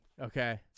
Okay